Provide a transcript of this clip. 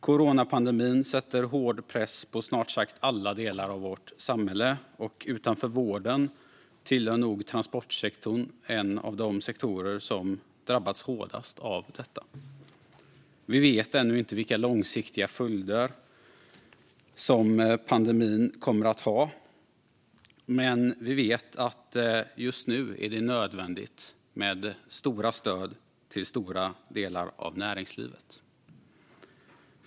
Coronapandemin sätter hård press på snart sagt alla delar av vårt samhälle. Utöver vården är transportsektorn nog en av de sektorer som har drabbats hårdast. Vi vet ännu inte vilka långsiktiga följder pandemin kommer att få. Men vi vet att det just nu är nödvändigt med stora stöd till stora delar av näringslivet.